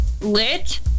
lit